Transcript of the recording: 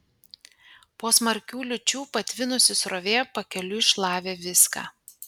po smarkių liūčių patvinusi srovė pakeliui šlavė viską